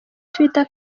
twitter